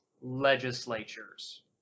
legislatures